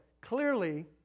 clearly